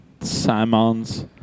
Simons